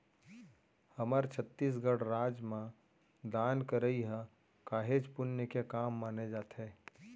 हमर छत्तीसगढ़ राज म दान करई ह काहेच पुन्य के काम माने जाथे